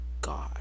God